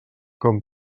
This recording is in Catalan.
com